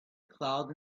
cloud